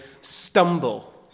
stumble